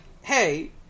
hey